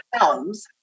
films